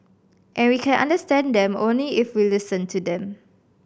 and we can understand them only if we listen to them